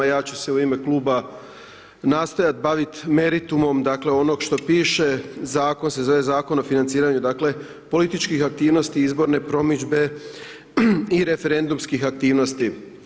Ja ću se u ime kluba nastojat bavit meritumom, dakle, onog što piše, Zakon se zove, Zakon o financiranju, dakle, političkih aktivnosti i izborne promidžbe i referendumskih aktivnosti.